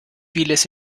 vieles